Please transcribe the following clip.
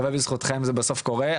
הרבה בזכותכן, זה בסוף קורה.